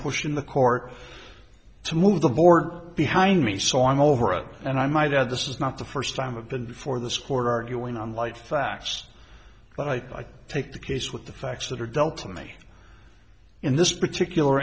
pushing the court to move the board behind me so i'm over it and i might add this is not the first time i've been before this court arguing on light facts but i take the case with the facts that are dealt to me in this particular